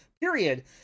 period